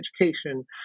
education